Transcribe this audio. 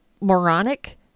moronic